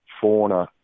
fauna